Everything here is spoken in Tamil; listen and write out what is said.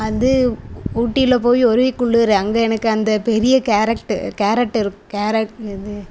அது ஊட்டியில போய் ஒரே குளிரு அங்கே எனக்கு அந்த பெரிய கேரட் கேரட் இருக் கேரட் இது